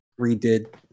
redid